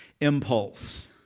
impulse